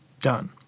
done